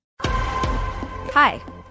Hi